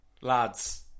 Lads